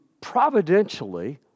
providentially